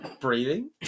breathing